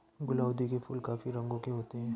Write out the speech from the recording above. गुलाउदी के फूल काफी रंगों के होते हैं